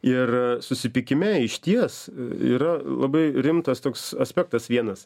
ir susipykime išties yra labai rimtas toks aspektas vienas